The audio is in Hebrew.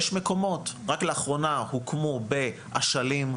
רק לאחרונה הוקמו באשלים,